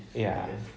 ya